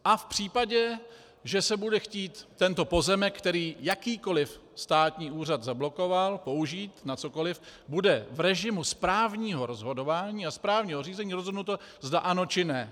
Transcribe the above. A v případě, že se bude chtít tento pozemek, který jakýkoliv státní úřad zablokoval, použít na cokoli, bude v režimu správního rozhodování a správního řízení rozhodnuto, zda ano, či ne.